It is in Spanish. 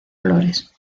flores